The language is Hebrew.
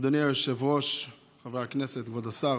אדוני היושב-ראש, חברי הכנסת, כבוד השר,